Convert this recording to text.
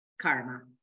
karma